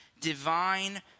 divine